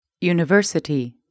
university 、